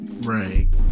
Right